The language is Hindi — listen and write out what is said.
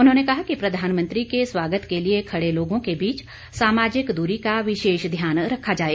उन्होंने कहा कि प्रधानमंत्री के स्वागत के लिए खड़े लोगों के बीच सामाजिक दूरी का विशेष ध्यान रखा जाए